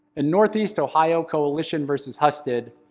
in northeast ohio coalition versus husted,